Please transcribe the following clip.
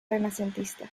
renacentista